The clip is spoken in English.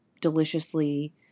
deliciously